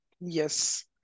Yes